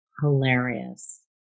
Hilarious